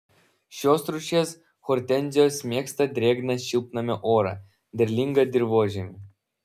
šios rūšies hortenzijos mėgsta drėgną šiltnamio orą derlingą dirvožemį